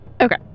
Okay